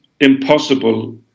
impossible